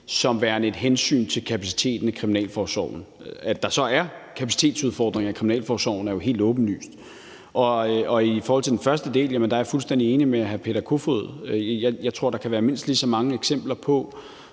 som værende et hensyn til kapaciteten i kriminalforsorgen. At der så er kapacitetsudfordringer i kriminalforsorgen, er jo helt åbenlyst. I forhold til den første del er jeg fuldstændig enig med hr. Peter Kofod. Jeg tror, der kan være mindst lige så mange eksempler,